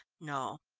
no,